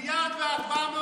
אל תרתח.